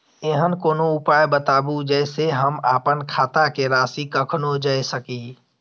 ऐहन कोनो उपाय बताबु जै से हम आपन खाता के राशी कखनो जै सकी?